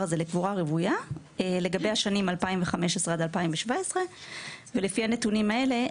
לקבורה רוויה לגבי השנים 2015-2017 ולפי הנתונים האלו,